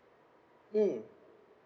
mm